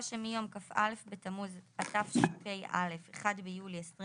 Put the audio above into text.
שמיום כ"א בתמוז התשפ"א (1 ביולי 2021)